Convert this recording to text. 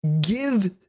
give